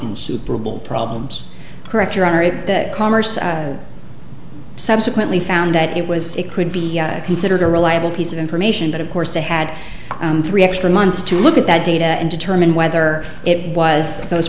insuperable problems correct your honor at that commerce subsequently found that it was it could be considered a reliable piece of information but of course they had three extra months to look at that data and determine whether it was those